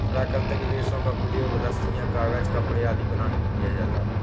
प्राकृतिक रेशों का प्रयोग रस्सियॉँ, कागज़, कपड़े आदि बनाने में किया जाता है